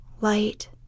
light